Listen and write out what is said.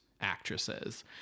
actresses